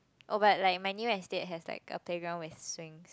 oh but like like my new estate has like a playground with swings